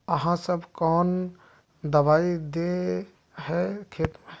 आहाँ सब कौन दबाइ दे है खेत में?